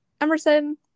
Emerson